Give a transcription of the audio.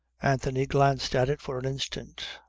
anthony glanced at it for an instant,